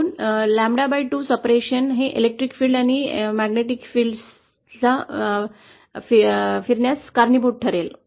म्हणून ƛ2 विभाजनाद्वारे electric field आणि चुंबकीय फील्ड फिरण्यास कारणीभूत ठरेल